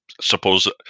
Suppose